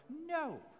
No